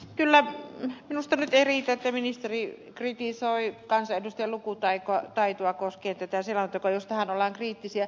kyllä minusta nyt ei riitä että ministeri kritisoi kansanedustajien lukutaitoa koskien tätä selontekoa jos tätä kohtaan ollaan kriittisiä